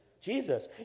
Jesus